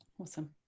Awesome